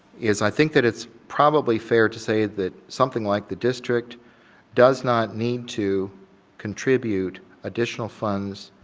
is i think that it's probably fair to say that something like the district does not need to contribute additional funds